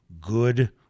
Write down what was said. good